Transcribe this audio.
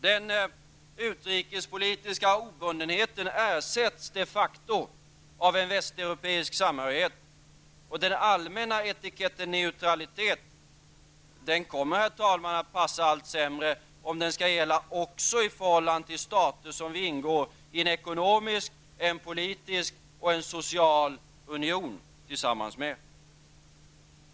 Den utrikespolitiska obundenheten ersätts de facto av en västeuropeisk samhörighet, och den allmänna etiketten neutralitet kommer, herr talman, att passa allt sämre om den skall gälla också i förhållande till stater, tillsammans med vilka vi ingår i en ekonomisk, politisk och social union.